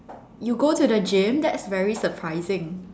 you go to the gym that's very surprising